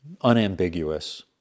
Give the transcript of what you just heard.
unambiguous